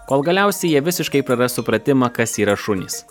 kol galiausiai jie visiškai praras supratimą kas yra šunys